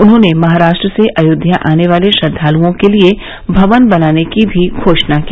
उन्होंने महाराष्ट्र से अयोध्या आने वाले श्रद्धालुओं के लिये भवन बनाने की भी घोषणा की